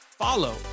follow